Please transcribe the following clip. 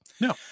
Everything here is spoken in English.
no